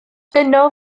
yno